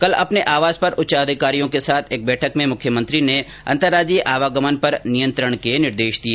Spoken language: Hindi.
कल अपने आवास पर उच्चाधिकारी के साथ एक बैठक में मुख्यमंत्री ने अंतर्राज्यीय आवागमन पर नियंत्रण के निर्देश दिए